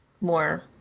more